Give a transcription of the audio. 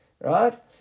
Right